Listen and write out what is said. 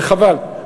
וחבל,